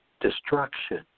destruction